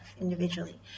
individually